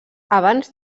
abans